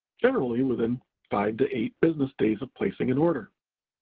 generally within five to eight business days of placing an order.